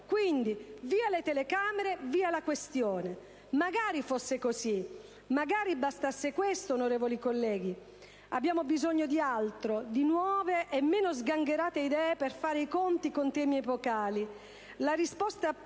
quindi, via le telecamere, via la questione. Magari fosse così, magari bastasse questo, onorevoli colleghi. Abbiamo bisogno di altro, di nuove e meno sgangherate idee per fare i conti con temi epocali.